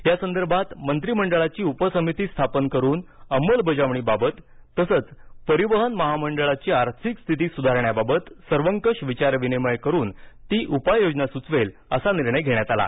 यासंदर्भात मंत्रीमंडळाची उपसमिती स्थापन करून अंमलबजावणीबाबत तसंच परिवहन महामंडळाची आर्थिक स्थिती सुधारण्याबाबत सर्वंकष विचार विनिमय करून उपाययोजना सुचवेल असा निर्णय घेण्यात आला